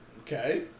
Okay